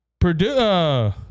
Purdue